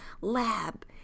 lab